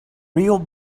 real